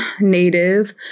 native